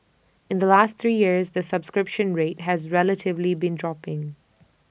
in the last three years the subscription rate has relatively been dropping